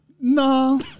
No